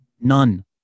none